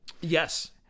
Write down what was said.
Yes